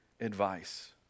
advice